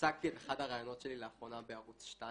הצגתי את אחד הרעיונות שלי לאחרונה בערוץ 2